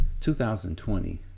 2020